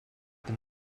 been